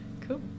Cool